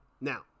Now